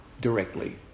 directly